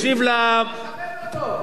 אל תקשיב, אני מאוד מכבד אותו.